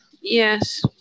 yes